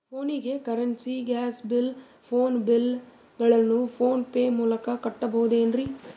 ಫೋನಿಗೆ currency, gas bill, phone bill ಗಳನ್ನು PhonePe ಮೂಲಕ ಕಟ್ಟಬಹುದೇನ್ರಿ?